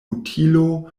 utilo